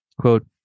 quote